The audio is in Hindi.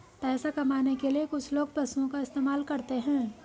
पैसा कमाने के लिए कुछ लोग पशुओं का इस्तेमाल करते हैं